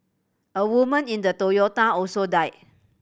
a woman in the Toyota also died